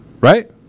Right